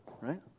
right